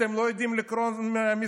אתם לא יודעים לקרוא מספרים.